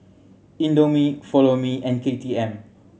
Indomie Follow Me and K T M